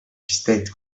state